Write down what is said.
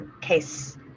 case